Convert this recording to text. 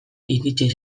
iritsi